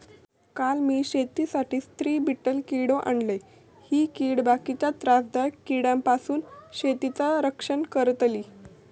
काल मी शेतीसाठी स्त्री बीटल किडो आणलय, ही कीड बाकीच्या त्रासदायक किड्यांपासून शेतीचा रक्षण करतली